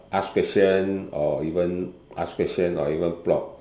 ask question or even ask question or even plot